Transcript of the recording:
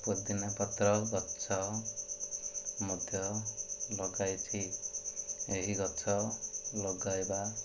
ପୁଦିନା ପତ୍ର ଗଛ ମଧ୍ୟ ଲଗାଇଛିି ଏହି ଗଛ ଲଗାଇବା